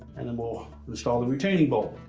and then we'll install the retaining bolt.